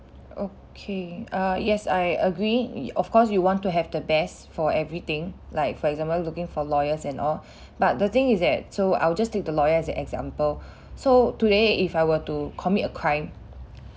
okay err yes I agree of course you want to have the best for everything like for example looking for lawyers and all but the thing is that so I'll just take the lawyers as an example so today if I were to commit a crime